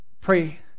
pray